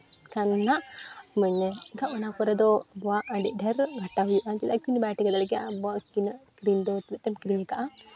ᱠᱷᱟᱱ ᱫᱚ ᱦᱟᱸᱜ ᱤᱢᱟᱹᱧ ᱢᱮ ᱮᱱᱠᱷᱟᱱ ᱚᱱᱟ ᱠᱚᱨᱮ ᱫᱚ ᱟᱵᱚᱣᱟᱜ ᱟᱹᱰᱤ ᱰᱷᱮᱨ ᱜᱷᱟᱴᱟ ᱦᱩᱭᱩᱜᱼᱟ ᱪᱮᱫᱟᱜ ᱮᱠᱷᱟᱱ ᱵᱟᱭ ᱴᱷᱤᱠᱟᱹ ᱫᱟᱲᱮ ᱠᱮᱭᱟ ᱟᱵᱚᱣᱟᱜ ᱛᱤᱱᱟᱹᱜ ᱠᱤᱨᱤᱧ ᱫᱚ ᱛᱤᱱᱟᱹᱜ ᱛᱮᱢ ᱠᱤᱨᱤᱧ ᱟᱠᱟᱫᱼᱟ